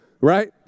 right